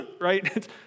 right